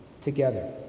together